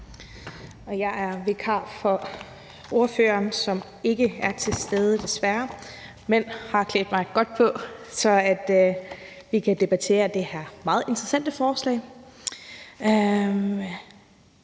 Jeg er vikar for ordføreren, som desværre ikke er til stede, men som har klædt mig godt på, så vi kan debattere det her meget interessante forslag.